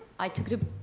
i took the